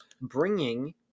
bringing